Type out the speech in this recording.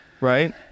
right